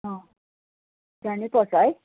अँ जानै पर्छ है